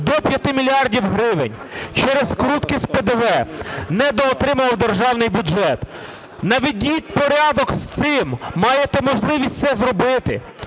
п'яти мільярдів гривень через вкрутки з ПДВ не доотримував державний бюджет. Наведіть порядок з цим, маєте можливість це зробити.